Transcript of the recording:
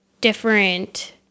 different